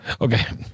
Okay